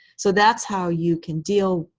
so that's how you can deal,